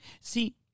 See